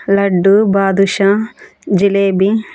laddu badusha jalebi